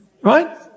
Right